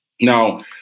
Now